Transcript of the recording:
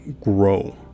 grow